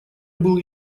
был